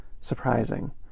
surprising